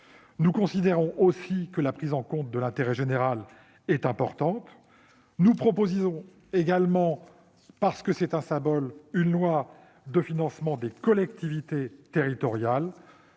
Nous considérons également que la prise en compte de l'intérêt général est importante. Nous proposons, pour le symbole, une loi de financement des collectivités territoriales,